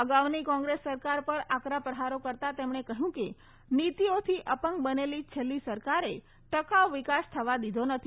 અગાઉની કોંગ્રેસ સરકાર પર આકરા પ્રહારો કરતાં તેમણે કહ્યું કે નીતીઓથી અપંગ બનેલી છેલ્લી સરકારે ટકાઉ વિકાસ થવા દીધો નથી